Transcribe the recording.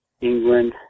England